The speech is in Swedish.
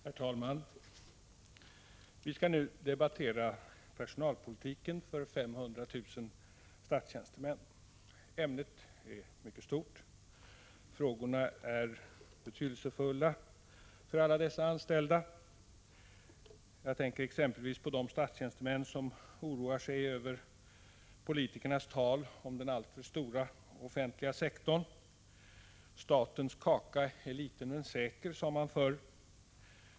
Herr talman! Vi skall nu debattera personalpolitiken rörande 500 000 statstjänstemän. Ämnet är mycket stort. Frågorna är betydelsefulla för alla dessa anställda. Jag tänker exempelvis på de statstjänstemän som oroar sig över politikernas tal om den alltför stora offentliga sektorn. Statens kaka är liten men säker, sade man förr.